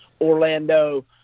Orlando